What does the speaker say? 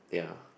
yeah